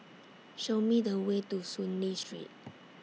Show Me The Way to Soon Lee Street